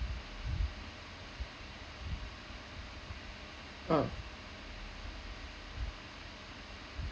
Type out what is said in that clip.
ah